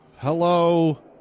Hello